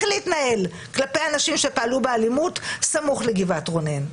להתנהל כלפי אנשים שהתנהלו באלימות סמוך לגבעת רונן.